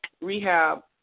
rehab